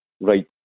Right